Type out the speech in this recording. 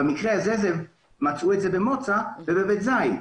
במקרה הזה מצאו את זה במוצא ובבית זית.